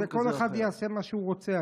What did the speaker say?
כל אחד יעשה מה שהוא רוצה.